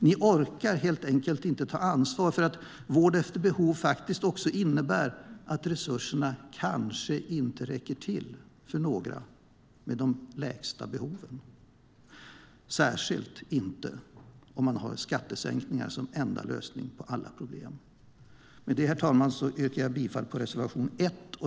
Ni orkar inte ta ansvar för att vård efter behov faktiskt också innebär att resurserna kanske inte räcker till för några av dem med de lägsta behoven, särskilt inte om man har skattesänkningar som enda lösning på alla problem. Herr talman! Jag yrkar bifall till reservation 1.